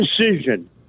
decision